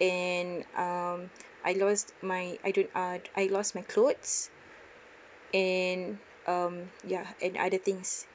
and um I lost my I don't ah I lost my clothes and um ya and other things